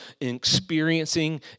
experiencing